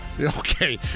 Okay